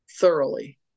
thoroughly